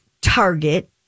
Target